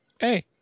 hey